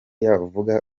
yavuga